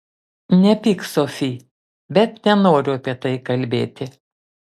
nepyk sofi bet nenoriu apie tai kalbėti